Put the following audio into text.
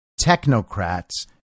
technocrats